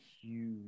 huge